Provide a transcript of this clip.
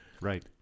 Right